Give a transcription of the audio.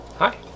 Hi